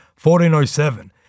1407